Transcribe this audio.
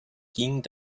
ging